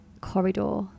corridor